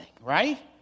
right